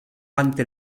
ante